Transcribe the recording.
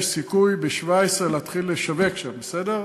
יש סיכוי ב-2017 להתחיל לשווק שם, בסדר?